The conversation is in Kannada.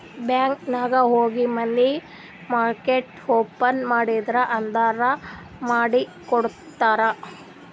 ಬ್ಯಾಂಕ್ ನಾಗ್ ಹೋಗಿ ಮನಿ ಮಾರ್ಕೆಟ್ ಓಪನ್ ಮಾಡ್ರಿ ಅಂದುರ್ ಮಾಡಿ ಕೊಡ್ತಾರ್